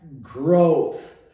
growth